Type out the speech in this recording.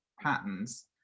patterns